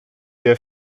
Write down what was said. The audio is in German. der